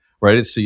right